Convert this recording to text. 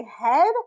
head